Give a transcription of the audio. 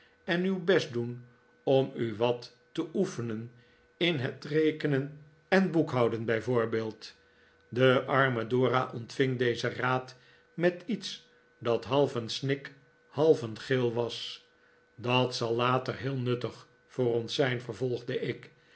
en uw best doen om u wat te oefenen in het rekenen en boekhouden bij voorbeeld de arme dora ontving dezen raad met iets dat half een snik half een gil was dat zal later heel nuttig voor ons zijn vervolgde ik